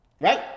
right